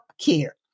care